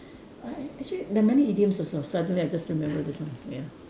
uh a~ actually there are many idioms also suddenly I just remember this one ya